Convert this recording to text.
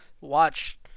watch